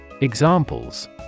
Examples